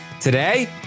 today